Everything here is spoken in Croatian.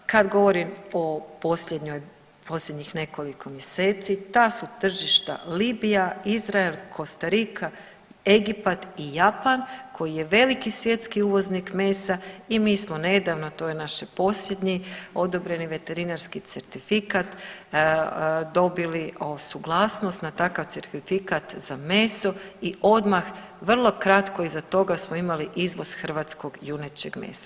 Kad govorim o posljednjih nekoliko mjeseci ta su tržišta Libija, Izrael, Kostarika, Egipat i Japan koji je veliki svjetski uvoznik mesa i mi smo nedavno to je naše posljednji odobreni veterinarski certifikat dobili suglasnost na takav certifikat za meso i odmah vrlo kratko iza toga smo imali izvoz hrvatskog junećeg mesa.